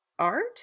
art